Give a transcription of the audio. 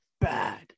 bad